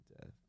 death